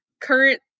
current